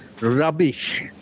rubbish